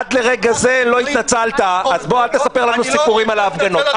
עד לרגע זה לא התנצלת אז אל תספר לנו סיפורים על ההפגנות.